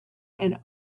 and